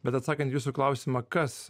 bet atsakant į jūsų klausimą kas